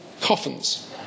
coffins